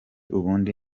ubundi